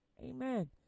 amen